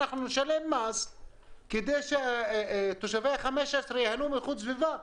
אנחנו נשלם מס כדי שתושבי פורום ה-15 ייהנו מאיכות סביבה.